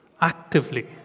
actively